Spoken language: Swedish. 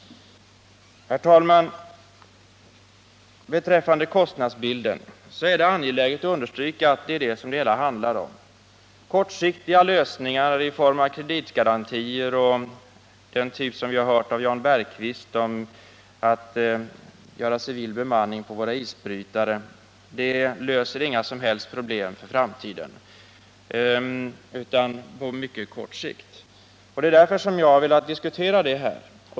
Herr talman! Beträffande kostnadsbilden är det angeläget att understryka att det är den som det hela handlar om. Kortsiktiga åtgärder i form av kreditgarantier eller åtgärder av den typ som vi hört Jan Bergqvist tala om, nämligen att införa civil bemanning på landets isbrytare, löser inga som helst problem för framtiden utan endast på mycket kort sikt. Det är därför som jag har velat diskutera detta.